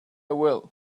will